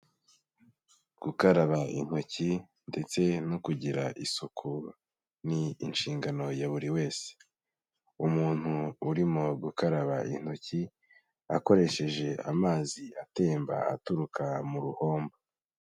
Gukaraba intoki ndetse no kugira isuku, ni inshingano ya buri wese. Umuntu urimo gukaraba intoki akoresheje amazi atemba aturuka mu ruhombo.